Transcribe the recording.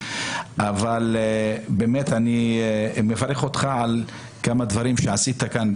אבל אני מברך אותך על כמה דברים שעשית כאן.